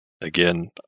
Again